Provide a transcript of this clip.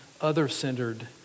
other-centered